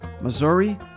missouri